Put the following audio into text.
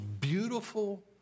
beautiful